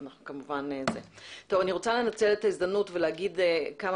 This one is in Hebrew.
אני רוצה לנצל את הזדמנות ולומר כמה